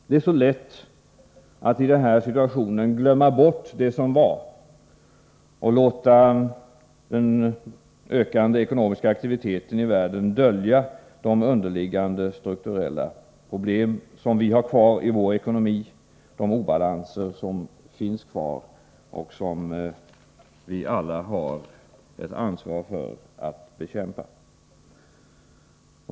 Det är så lätt att i den här situationen glömma bort det som var och låta den ökande ekonomiska aktiviteten i världen dölja de underliggande strukturella problem som vi har kvar i vår ekonomi, de obalanser som finns kvar och som vi har ett ansvar för att bekämpa.